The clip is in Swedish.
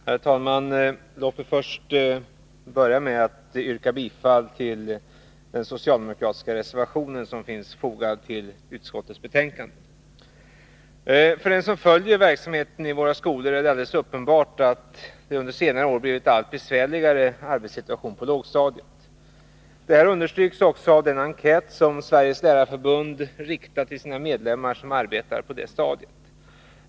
Herr talman! Låt mig börja med att yrka bifall till den socialdemokratiska reservationen som finns fogad till utskottets betänkande. För den som följer verksamheten i våra skolor är det helt uppenbart att det under senare år har blivit en allt besvärligare situation på lågstadiet. Det här understryks också av den enkät som Sveriges Lärarförbund har riktat till sina medlemmar som arbetar på det stadiet.